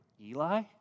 Eli